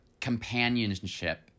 companionship